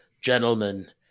Gentlemen